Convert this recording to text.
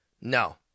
no